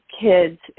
kids